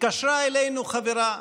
התקשרה אלינו חברה,